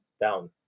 down